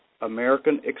American